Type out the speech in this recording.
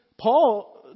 Paul